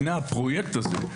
לפני הפרויקט הזה,